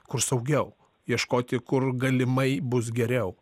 kur saugiau ieškoti kur galimai bus geriau